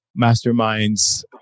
masterminds